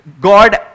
God